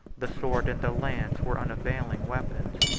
the sword and the lance were unavailing weapons.